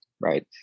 right